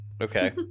Okay